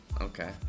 Okay